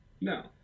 no